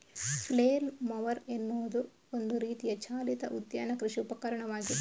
flail mower ಎನ್ನುವುದು ಒಂದು ರೀತಿಯ ಚಾಲಿತ ಉದ್ಯಾನ ಕೃಷಿ ಉಪಕರಣವಾಗಿದೆ